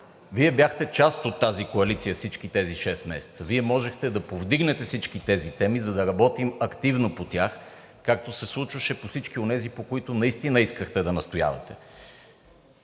Вие бяхте част от тази коалиция във всички тези шест месеца, Вие можехте да повдигнете всички тези теми, за да работим активно по тях, както се случваше по всички онези, по които наистина искахте да настоявате.